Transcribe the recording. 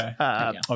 Okay